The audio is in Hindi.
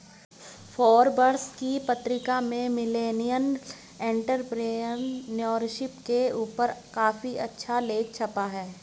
फोर्ब्स की पत्रिका में मिलेनियल एंटेरप्रेन्योरशिप के ऊपर काफी अच्छा लेख छपा है